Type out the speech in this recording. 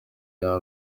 iya